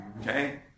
Okay